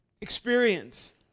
experience